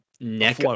neck